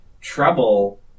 trouble